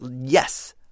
yes